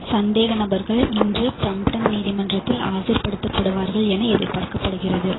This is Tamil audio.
சந்தேக நபர்கள் இன்று பிரம்டன் நீதிமன்றத்தில் ஆஜர்படுத்தப்படுவார்கள் என எதிர்பார்க்கப்படுகிறது